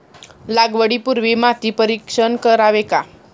लागवडी पूर्वी माती परीक्षण करावे का?